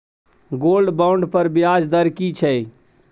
Gold bond पर ब्याज दर की छै?